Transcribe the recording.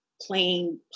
playing